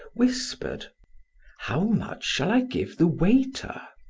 whispered how much shall i give the waiter?